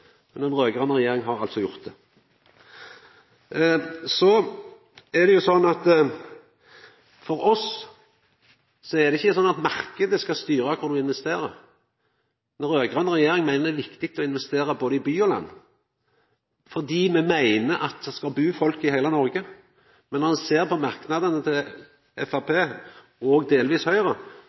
men den raud-grøne regjeringa har altså gjort det. For oss er det ikkje sånn at marknaden skal styra kor me investerer. Den raud-grøne regjeringa meiner det er viktig å investera i både by og land, fordi me meiner at det skal bu folk i heile Noreg. Men når ein ser på merknadene til Framstegspartiet og delvis Høgre,